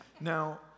Now